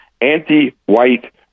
anti-white